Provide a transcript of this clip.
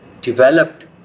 developed